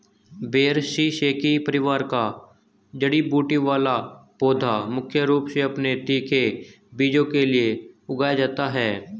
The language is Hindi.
ब्रैसिसेकी परिवार का जड़ी बूटी वाला पौधा मुख्य रूप से अपने तीखे बीजों के लिए उगाया जाता है